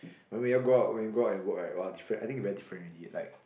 but when you go out when you go out and work right [wah] different I think very different already like